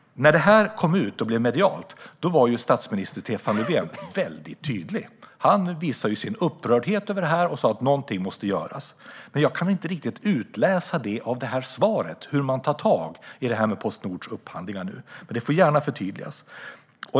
När denna fråga kom ut och blev medial var statsminister Stefan Löfven tydlig. Han visade sin upprördhet och sa att någonting måste göras. Jag kan inte riktigt utläsa av svaret hur man tar tag i Postnords upphandlingar. Det får gärna förtydligas.